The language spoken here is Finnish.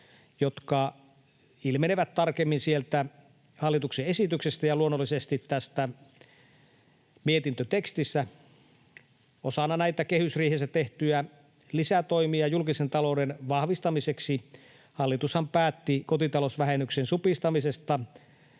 jotka ilmenevät tarkemmin sieltä hallituksen esityksestä ja luonnollisesti tästä mietintötekstistä osana näitä kehysriihessä tehtyjä lisätoimia julkisen talouden vahvistamiseksi. Hallitushan päätti kotitalousvähennyksen supistamisesta